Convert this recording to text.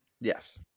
yes